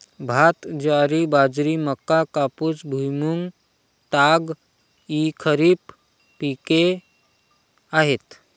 भात, ज्वारी, बाजरी, मका, कापूस, भुईमूग, ताग इ खरीप पिके आहेत